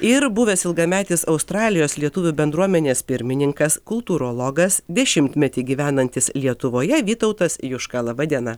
ir buvęs ilgametis australijos lietuvių bendruomenės pirmininkas kultūrologas dešimtmetį gyvenantis lietuvoje vytautas juška laba diena